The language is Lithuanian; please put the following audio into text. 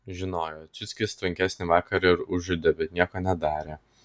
žinojo ciuckis tvankesnį vakarą ir užuodė bet nieko nedarė